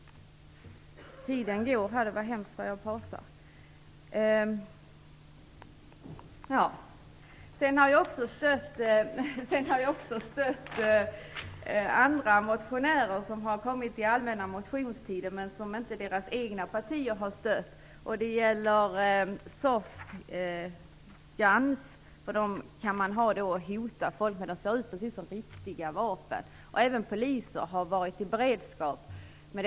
Tiden går - det var hemskt vad jag pratar. Jag har också stött andra motioner som väckts under den allmänna motionstiden och som motionärernas egna partier inte har stött. Det gäller t.ex. soft air guns. De ser ut precis som riktiga vapen, så dem kan man ha till att hota folk med.